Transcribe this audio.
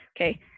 Okay